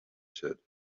said